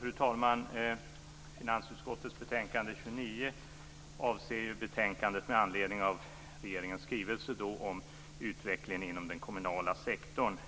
Fru talman! Finansutskottets betänkande 29 avser regeringens skrivelse om utvecklingen inom den kommunala sektorn.